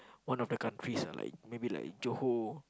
one of the countries ah like maybe like Johor